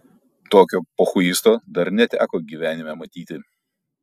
tokio pochuisto dar neteko gyvenime matyti